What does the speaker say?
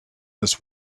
this